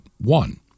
One